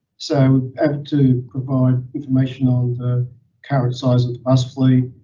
so to provide information on the current size of the bus fleet,